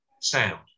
sound